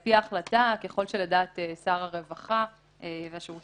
על פי ההחלטה, ככל שלדעת שר הרווחה והשירותים